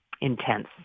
intense